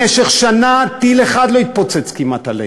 במשך שנה, כמעט טיל אחד לא התפוצץ עלינו.